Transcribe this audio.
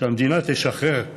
שהמדינה תשחרר 4,